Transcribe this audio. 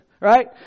Right